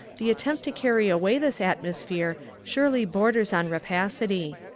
the attempt to carry away this atmosphere surely borders on rapacity.